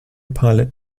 pilot